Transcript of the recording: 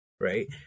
right